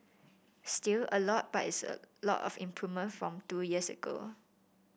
still a lot but it's a lot of improvement from two years ago